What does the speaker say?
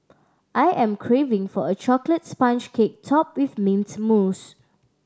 I am craving for a chocolate sponge cake topped with mint mousse